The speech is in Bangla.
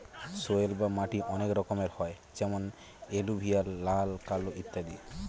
সয়েল বা মাটি অনেক রকমের হয় যেমন এলুভিয়াল, লাল, কালো ইত্যাদি